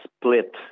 split